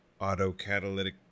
autocatalytic